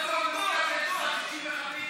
עזוב, אתה גם מאמין בזה.